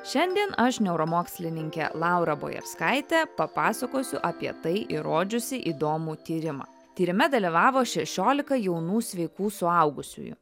šiandien aš neuromokslininkė laura bojarskaitė papasakosiu apie tai įrodžiusį įdomų tyrimą tyrime dalyvavo šešiolika jaunų sveikų suaugusiųjų